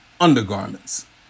undergarments